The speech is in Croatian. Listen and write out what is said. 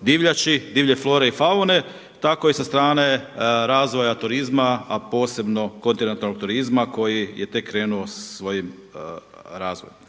divljači, divlje flore i faune, tako i sa strane razvoja turizma, a posebno kontinentalnog turizma koji je tek krenuo svojim razvojem.